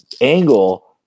angle